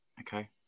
okay